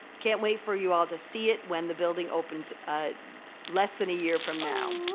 can't wait for you all to see it when the building opens less than a year from now.